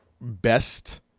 best